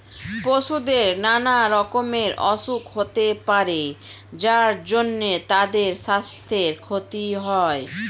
পশুদের নানা রকমের অসুখ হতে পারে যার জন্যে তাদের সাস্থের ক্ষতি হয়